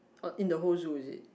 oh in the whole zoo is it